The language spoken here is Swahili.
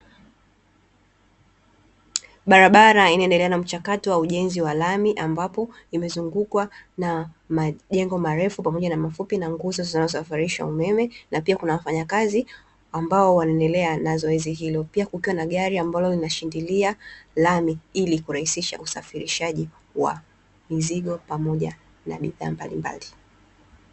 Barabara inaendelea na mchakato wa ujenzi wa lami, ambapo imezungukwa na majengo marefu pamoja na mafupi, na nguzo zinazosafirisha umeme; na pia kuna wafanyakazi ambao wanaendelea na zoezi hilo. Pia kukiwa na gari ambalo linashindilia lami, ili kurahisisha usafirishaji wa mizigo pamoja na bidhaa mbalimbali.